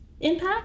impact